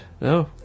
no